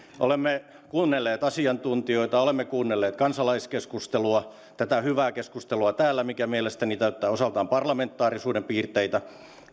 olemme kuunnelleet asiantuntijoita olemme kuunnelleet kansalaiskeskustelua tätä hyvää keskustelua täällä mikä mielestäni täyttää osaltaan parlamentaarisuuden piirteitä